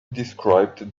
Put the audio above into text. described